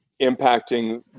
impacting